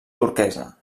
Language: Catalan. turquesa